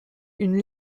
une